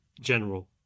general